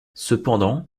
cependant